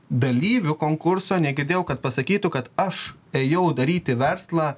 dalyvių konkurso negirdėjau kad pasakytų kad aš ėjau daryti verslą